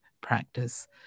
practice